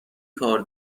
کار